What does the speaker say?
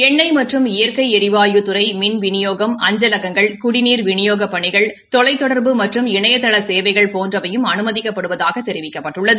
எண்ணெய் மற்றும் இயற்கை எரிவாயு துறை மின் விநியோகம் அஞ்சலகங்கள் குடிநீா விநியோகப் பணிகள் தொலைத்தொடர்பு மற்றும் இணையதள கேவைகள் போன்றவையும் அனுமதிக்கப்படுவதாக தெரிவிக்கப்பட்டுள்ளது